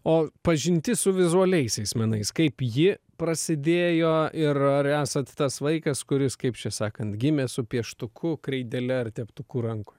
o pažintis su vizualiaisiais menais kaip ji prasidėjo ir ar esat tas vaikas kuris kaip čia sakant gimė su pieštuku kreidele ar teptuku rankoj